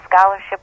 scholarship